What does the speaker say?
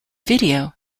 video